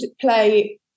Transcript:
play